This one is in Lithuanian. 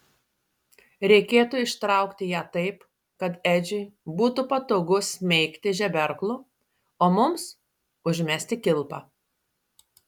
reikėtų ištraukti ją taip kad edžiui būtų patogu smeigti žeberklu o mums užmesti kilpą